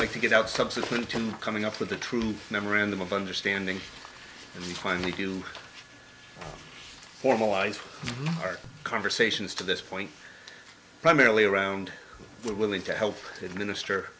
like to get out subsequent to coming up with the truth memorandum of understanding and when you formalize our conversations to this point primarily around we're willing to help administer